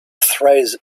phrase